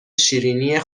شیرینی